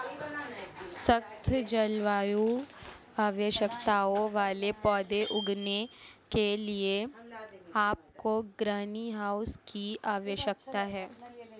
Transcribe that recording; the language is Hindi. सख्त जलवायु आवश्यकताओं वाले पौधे उगाने के लिए आपको ग्रीनहाउस की आवश्यकता है